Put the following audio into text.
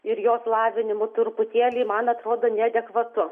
ir jos lavinimu truputėlį man atrodo neadekvatu